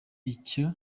icyo